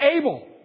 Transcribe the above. able